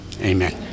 Amen